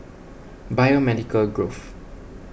Biomedical Grove